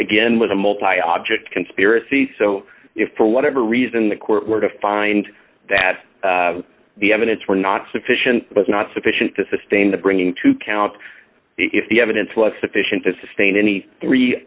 again was a multi object conspiracy so if for whatever reason the court were to find that the evidence were not sufficient was not sufficient to sustain the bringing to count if the evidence was sufficient to sustain any three